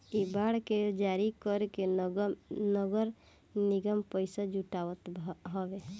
इ बांड के जारी करके नगर निगम पईसा जुटावत हवे